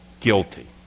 guilty